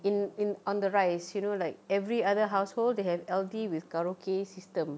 in in on the rise you know like every other household they have L_D with karaoke system